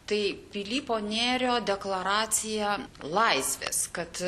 tai pilypo nėrio deklaracija laisvės kad